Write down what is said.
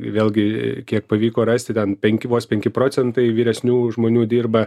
vėlgi kiek pavyko rasti ten penki vos penki procentai vyresnių žmonių dirba